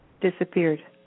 disappeared